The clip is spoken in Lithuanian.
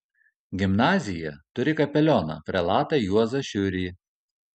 gimnazija turi kapelioną prelatą juozą šiurį